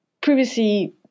previously